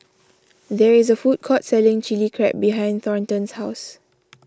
there is a food court selling Chili Crab behind Thornton's house